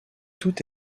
tout